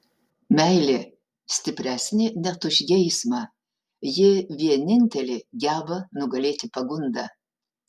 meilė stipresnė net už geismą ji vienintelė geba nugalėti pagundą